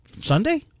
Sunday